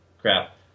crap